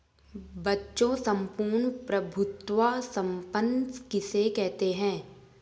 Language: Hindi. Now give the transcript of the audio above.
बच्चों सम्पूर्ण प्रभुत्व संपन्न किसे कहते हैं?